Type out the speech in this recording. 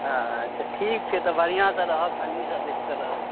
अच्छा ठीक छै तऽ बढ़िआँ सँ रहब ठण्डी सँ बैच कऽ रहब